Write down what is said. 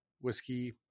whiskey